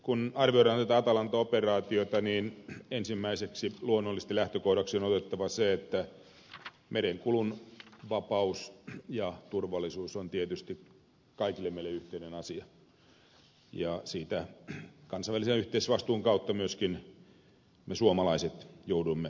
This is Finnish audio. kun arvioidaan tätä atalanta operaatiota luonnollisesti ensimmäiseksi lähtökohdaksi on otettava se että merenkulun vapaus ja turvallisuus on tietysti kaikille meille yhteinen asia ja siitä kansainvälisen yhteisvastuun kautta myöskin me suomalaiset joudumme kantamaan huolta